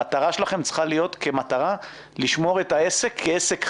המטרה שלכם צריכה להיות כמטרה לשמור את העסק כעסק חי.